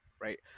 right